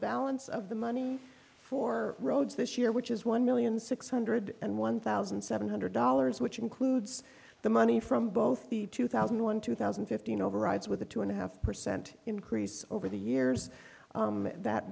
balance of the money for roads this year which is one million six hundred and one thousand seven hundred dollars which includes the money from both the two thousand and one two thousand and fifteen overrides with a two and a half percent increase over the years that